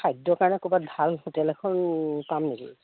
খাদ্যৰ কাৰণে ক'ৰবাত ভাল হোটেল এখন পাম নেকি